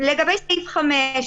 לגבי סעיף 5,